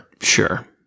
Sure